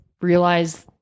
realize